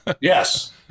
Yes